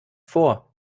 vor